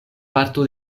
parto